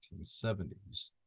1970s